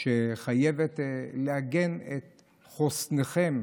שחייבת לעגן את חוסנכם,